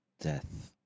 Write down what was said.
death